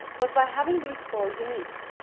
but by having these four unique.